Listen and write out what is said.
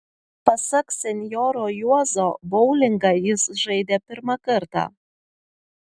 pasak senjoro juozo boulingą jis žaidė pirmą kartą